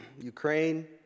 Ukraine